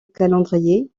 calendrier